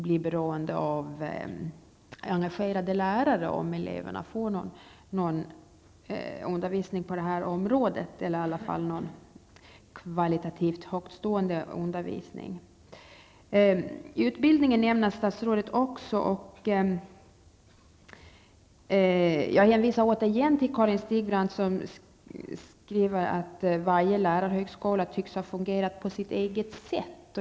Eleverna skall inte behöva vara beroende enbart av engagerade lärare för att de skall få någon kvaltitativt högtstående undervisning på det här området. Statsrådet nämnde också utbildning. Jag hänvisar återigen till Karin Stigbrand, som skriver att varje lärarhögskola tycks ha fungerat på sitt eget sätt.